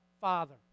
Father